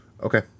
Okay